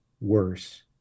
worse